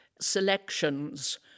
selections